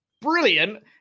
brilliant